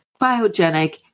biogenic